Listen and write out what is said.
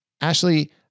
Ashley